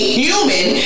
human